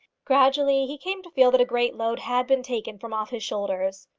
gradually he came to feel that a great load had been taken from off his shoulders.